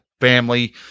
family